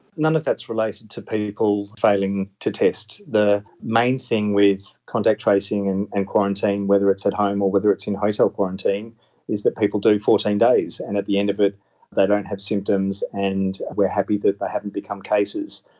none of that is related to people failing to test. the main thing with contact tracing and and quarantine, whether it's at home or whether it's in hotel quarantine is that people do fourteen days, and at the end of it they don't have symptoms and we are happy that they haven't become cases.